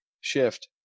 shift